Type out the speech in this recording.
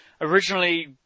Originally